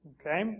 Okay